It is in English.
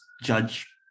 judge